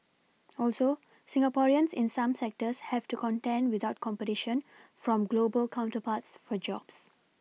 also Singaporeans in some sectors have to contend without competition from global counterparts for jobs